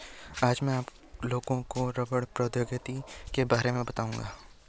आज मैं आप लोगों को रबड़ प्रौद्योगिकी के बारे में बताउंगा